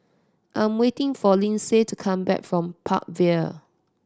I'm waiting for Lindsey to come back from Park Vale